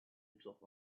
himself